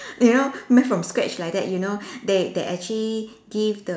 you know made from scratch like that you know they they actually give the